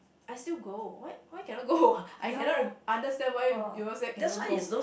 I still go why why cannot go I cannot understand why you all say cannot go